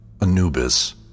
Anubis